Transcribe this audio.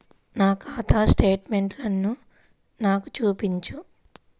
నా ఖాతా స్టేట్మెంట్ను నాకు చూపించు